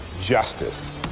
justice